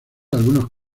algunos